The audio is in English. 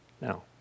Now